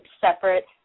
separate